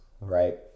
right